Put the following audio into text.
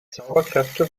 zauberkräfte